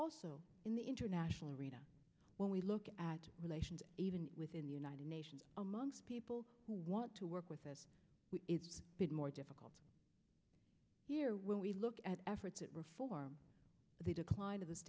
also in the international arena when we look at relations even within the united nations among people who want to work with us which is a bit more difficult here when we look at efforts to reform the decline of this